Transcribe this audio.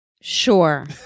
Sure